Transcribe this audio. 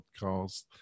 podcast